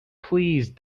please